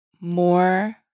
more